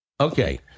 Okay